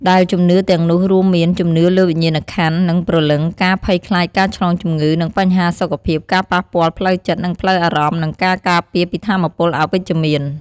ដែលជំនឿទាំងនោះរួមមាន ជំនឿលើវិញ្ញាណក្ខន្ធ និងព្រលឹង ការភ័យខ្លាចការឆ្លងជំងឺ និងបញ្ហាសុខភាព ការប៉ះពាល់ផ្លូវចិត្ត និងផ្លូវអារម្មណ៍ និងការការពារពីថាមពលអវិជ្ជមាន។